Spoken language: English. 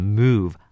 move